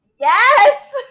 Yes